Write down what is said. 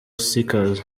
seekers